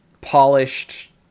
polished